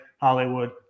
Hollywood